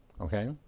okay